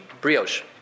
brioche